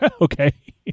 Okay